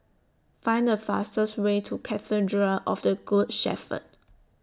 Find The fastest Way to Cathedral of The Good Shepherd